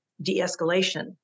de-escalation